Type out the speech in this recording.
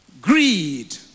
greed